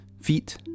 Feet